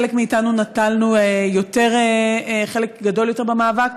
חלק מאיתנו נטלנו חלק גדול במאבק.